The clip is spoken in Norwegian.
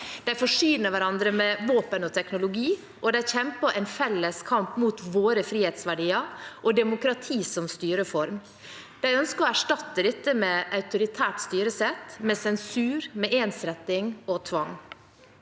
De forsyner hverandre med våpen og teknologi, og de kjemper en felles kamp mot våre frihetsverdier og demokratiet som styreform. De ønsker å erstatte dette med autoritært styresett, med sensur, med ensretting og tvang.